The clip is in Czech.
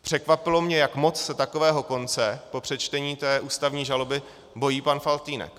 Překvapilo mě, jak moc se takového konce po přečtení ústavní žaloby bojí pan Faltýnek.